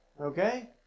okay